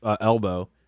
elbow